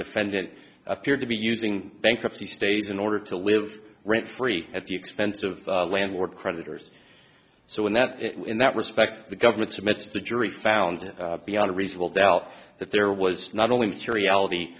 defendant appeared to be using bankruptcy stays in order to live rent free at the expense of landlord creditors so in that in that respect the government's admits the jury found beyond a reasonable doubt that there was not only materiality